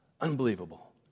Unbelievable